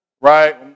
right